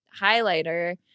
highlighter